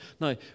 Now